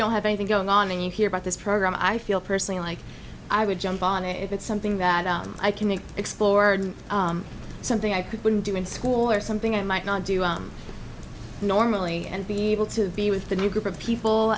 don't have anything going on and you hear about this program i feel personally like i would jump on it if it's something that i can make explored something i couldn't do in school or something i might not do normally and be able to be with the new group of people